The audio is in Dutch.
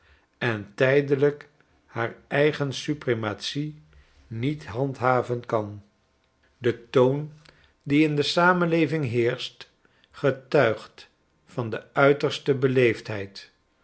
en tijdelijk haar eigen suprematie niet handhaven kan de toon die in de samenleving heerscht getuigt van de uiterste